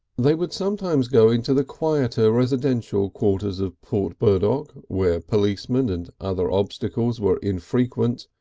they would sometimes go into the quieter residential quarters of port burdock, where policemen and other obstacles were infrequent,